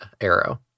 arrow